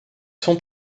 sont